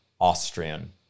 Austrian